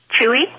Chewy